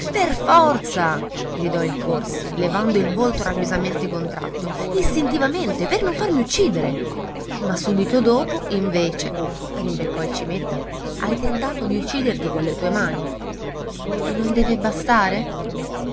per forza gridò il corsi levando il volto rabbiosamente contratto istintivamente per non farmi uccidere ma subito dopo invece rimbeccò il cimetta hai tentato di ucciderti con le tue mani e non deve bastare